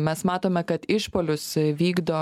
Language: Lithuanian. mes matome kad išpuolius vykdo